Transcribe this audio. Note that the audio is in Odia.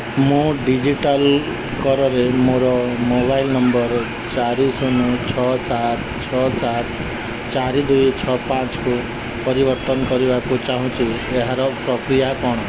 ମୁଁ ଡିଜିଲକର୍ରେ ମୋର ମୋବାଇଲ୍ ନମ୍ବର୍ ଚାରି ଶୂନ ଛଅ ସାତ ଛଅ ସାତ ଚାରି ଦୁଇ ଛଅ ପାଞ୍ଚକୁ ପରିବର୍ତ୍ତନ କରିବାକୁ ଚାହୁଁଛି ଏହାର ପ୍ରକ୍ରିୟା କ'ଣ